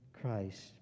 Christ